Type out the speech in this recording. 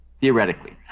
Theoretically